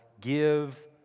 give